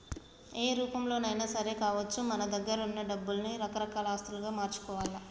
ఏ రూపంలోనైనా సరే కావచ్చు మన దగ్గరున్న డబ్బుల్ని రకరకాల ఆస్తులుగా మార్చుకోవాల్ల